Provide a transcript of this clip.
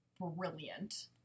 brilliant